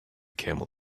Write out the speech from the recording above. camel